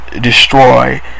destroy